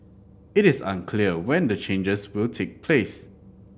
it is unclear when the changes will take place